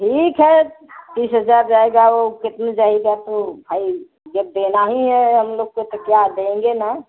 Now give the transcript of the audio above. ठीक है तीस हजार जाएगा वो कितना जाएगा तो भाई जब देना ही है हम लोग को तो क्या देंगे ना